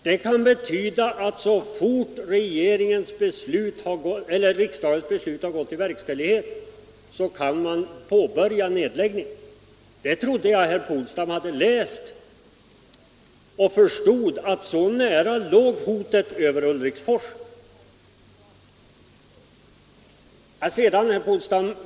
Det kan betyda att så fort riksdagens beslut har fattats kan nedläggningen påbörjas. Jag trodde att herr Polstam hade läst detta och förstått att så nära låg hotet mot Ulriksfors.